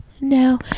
no